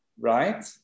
right